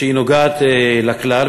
שהיא נוגעת לכלל,